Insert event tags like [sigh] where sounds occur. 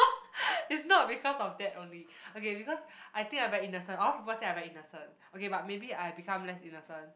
[noise] it's not because of that only okay because I think I very innocent a lot people say I very innocent okay but maybe I become less innocent